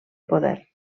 poder